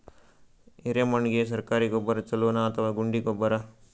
ಎರೆಮಣ್ ಗೆ ಸರ್ಕಾರಿ ಗೊಬ್ಬರ ಛೂಲೊ ನಾ ಅಥವಾ ಗುಂಡಿ ಗೊಬ್ಬರ?